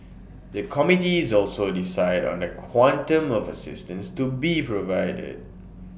the committees also decide on the quantum of assistance to be provided